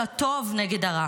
במלחמה של הטוב נגד הרע,